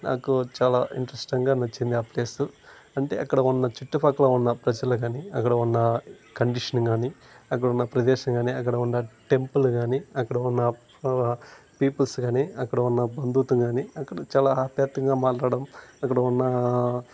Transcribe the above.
నాకు చాలా ఇంట్రెస్టింగా నచ్చింది ఆ ప్లేస్ అంటే అక్కడ ఉన్న చుట్టుపక్కల ఉన్న ప్రజలు కానీ అక్కడ ఉన్న కండిషన్ కానీ అక్కడ ఉన్న ప్రదేశం కానీ అక్కడ ఉన్న టెంపుల్ కానీ అక్కడ ఉన్న పీపుల్స్ కానీ అక్కడ ఉన్న బంధుత్వం కానీ అక్కడ చాలా మాట్లాడ్డం అక్కడ ఉన్న